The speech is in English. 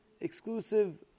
exclusive